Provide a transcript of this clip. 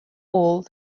all